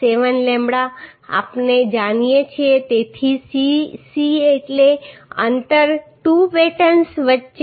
7 lambda આપણે જાણીએ છીએ તેથી સી સી એટલે અંતર 2 બેટન્સ વચ્ચે